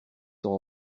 sont